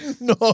No